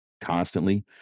constantly